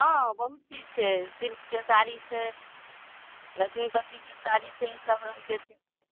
हँ बहुत चीज छै सिल्कके साड़ी छै लक्ष्मीपतिके साड़ी छै सब रङ्गके छै